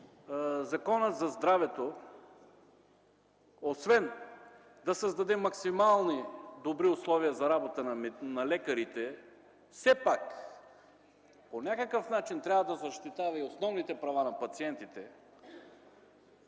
Законът за здравето, освен да създаде максимално добри условия за работа на лекарите, все пак по някакъв начин трябва да защитава и основните права на пациентите.